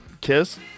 Kiss